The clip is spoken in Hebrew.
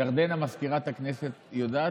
ירדנה מזכירת הכנסת יודעת?